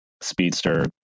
Speedster